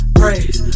praise